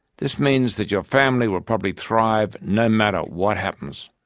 this means that your family will probably thrive no matter what happens,